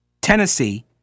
Tennessee